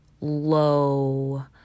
low